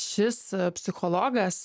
šis psichologas